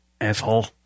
asshole